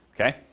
Okay